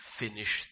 finish